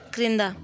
క్రింద